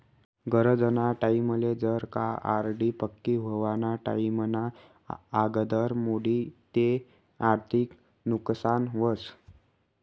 गरजना टाईमले जर का आर.डी पक्की व्हवाना टाईमना आगदर मोडी ते आर्थिक नुकसान व्हस